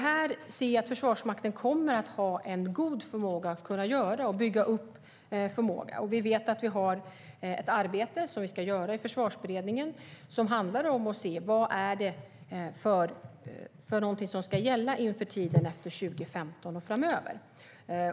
Jag ser att Försvarsmakten kommer att ha god förmåga att kunna bygga upp det. Vi vet också att vi har ett arbete i Försvarsberedningen som handlar om att se över vad som ska gälla inför 2015 och framöver.